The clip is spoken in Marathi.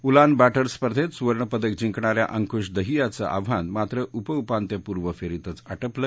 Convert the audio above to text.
उलान बाटर स्पर्धेत सुवर्णपदक जिंकणाऱ्या अंकुश दहियाचं आव्हान मात्र उपउपांत्यपूर्व फेरीतच आटोपलं